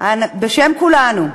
בשם כולנו.